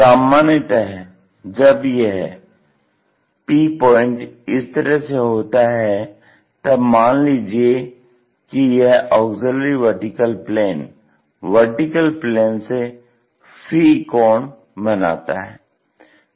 सामान्यतः जब यह P पॉइंट इस तरह से होता है तब मान लीजिये कि यह auxiliary vertical plane vertical plane से फी 𝜙 कोण बनाता है